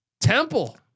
Temple